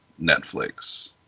Netflix